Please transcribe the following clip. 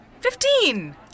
Fifteen